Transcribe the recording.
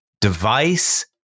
device